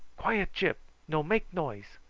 quiet, gyp no make noise.